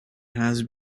has